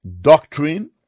doctrine